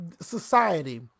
Society